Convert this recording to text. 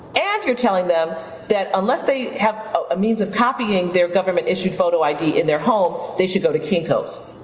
and you're telling them that unless they have a means of copying their government-issued photo id in their home, they should go to kinko's.